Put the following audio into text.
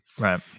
right